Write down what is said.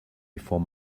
before